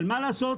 מה לעשות